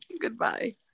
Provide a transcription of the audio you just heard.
Goodbye